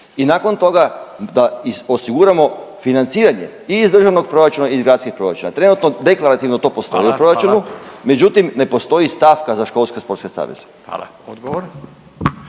I nakon toga da osiguramo financiranje i iz državnog proračuna i iz gradskih proračuna. Trenutno deklarativno to postoji u proračunu, … …/Upadica Radin: Hvala. Hvala./… … međutim ne postoji stavka za školske sportske saveze. **Radin,